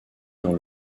dans